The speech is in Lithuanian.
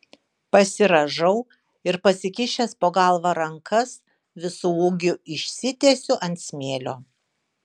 pasirąžau ir pasikišęs po galva rankas visu ūgiu išsitiesiu ant smėlio